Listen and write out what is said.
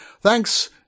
Thanks